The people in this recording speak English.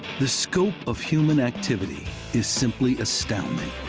the scope of human activity is simply astounding.